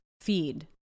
feed